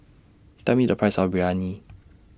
Tell Me The Price of Biryani